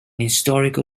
historical